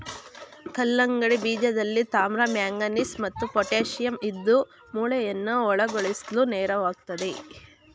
ಕಲ್ಲಂಗಡಿ ಬೀಜದಲ್ಲಿ ತಾಮ್ರ ಮ್ಯಾಂಗನೀಸ್ ಮತ್ತು ಪೊಟ್ಯಾಶಿಯಂ ಇದ್ದು ಮೂಳೆಯನ್ನ ಬಲಗೊಳಿಸ್ಲು ನೆರವಾಗ್ತದೆ